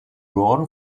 drawn